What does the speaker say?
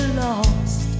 lost